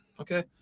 okay